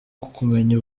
kumenya